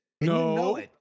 No